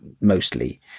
mostly